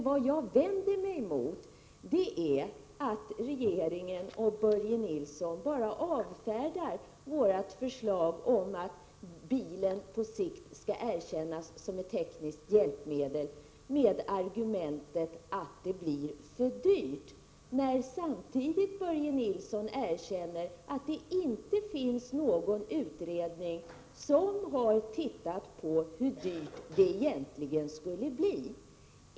Vad jag vänder mig emot är att regeringen och Börje Nilsson bara avfärdar vårt förslag om att bilen på sikt skall erkännas som ett tekniskt hjälpmedel med argumentet att det blir för dyrt, när samtidigt Börje Nilsson erkänner att det inte finns någon utredning som har tittat på hur det dyrt det egentligen skulle bli.